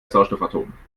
sauerstoffatomen